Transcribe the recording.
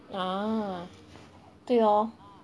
uh 对咯